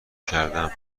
کردم